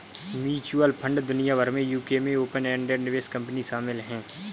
mutual fund दुनिया भर में यूके में ओपन एंडेड निवेश कंपनी शामिल हैं